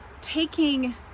taking